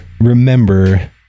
remember